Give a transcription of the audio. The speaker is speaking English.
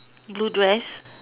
blue dress